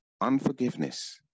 Unforgiveness